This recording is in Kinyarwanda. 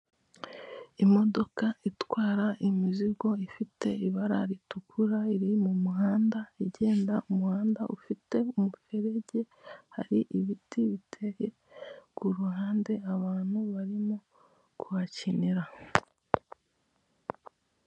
Imodoka itwara imizigo ifite ibara ritukura iri mu muhanda igenda, umuhanda ufite umuferege, hari ibiti biteri ku uruhande, abantu barimo kuhakinira.